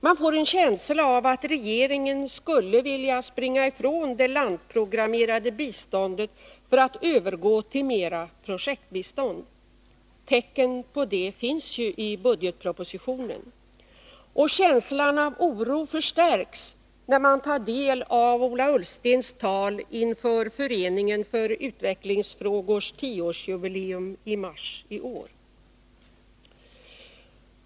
Man får en känsla av att regeringen skulle vilja springa ifrån det landprogrammerade biståndet för att övergå till mera projektbistånd. Tecken på detta finns ju i budgetpropositionen. Och känslan av oro förstärks, när man tar del av Ola Ullstens tal inför Föreningen för utvecklingsfrågors 10-årsjubileum i mars i år.